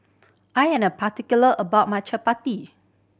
I am a particular about my